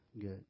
Good